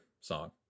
song